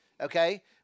okay